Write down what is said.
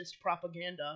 propaganda